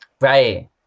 right